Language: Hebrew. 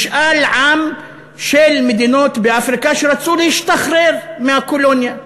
משאל עם של מדינות באפריקה שרצו להשתחרר מהקולוניה הצרפתית,